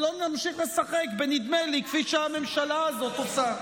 ולא נמשיך לשחק בנדמה לי כפי שהממשלה הזאת עושה.